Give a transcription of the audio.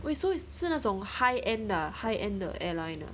wait so 是那种 high end 的 ah high end the airline ah